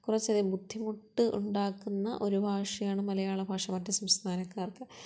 കുറച്ചധികം ബുദ്ധിമുട്ട് ഉണ്ടാക്കുന്ന ഒരു ഭാഷയാണ് മലയാള ഭാഷ മറ്റ് സംസ്ഥാനക്കാർക്ക്